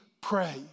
pray